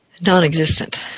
non-existent